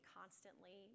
constantly